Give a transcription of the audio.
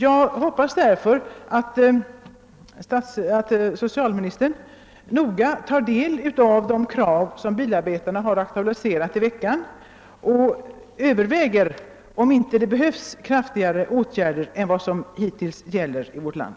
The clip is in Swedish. Jag hoppas att socialministern noga tar del av de krav som bilarbetarna aktualiserade i veckan och överväger om det inte behövs kraftigare åtgärder än de som hittills har vidtagits i vårt land.